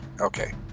Okay